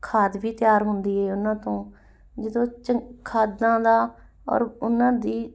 ਖਾਦ ਵੀ ਤਿਆਰ ਹੁੰਦੀ ਹੈ ਉਹਨਾਂ ਤੋਂ ਜਦੋਂ ਚੰ ਖਾਦਾਂ ਦਾ ਔਰ ਉਹਨਾਂ ਦੀ